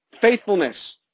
Faithfulness